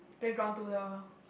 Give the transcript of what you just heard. the playground to the